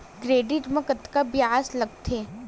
Credit मा कतका ब्याज लगथे?